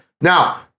Now